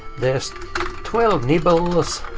there's twelve nibbles